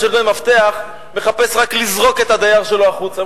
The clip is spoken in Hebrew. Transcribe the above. של דמי מפתח מחפש רק לזרוק את הדייר שלו החוצה,